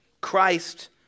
Christ